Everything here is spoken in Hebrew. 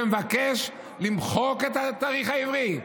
שמבקש למחוק את התאריך העברי?